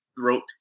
throat